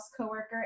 coworker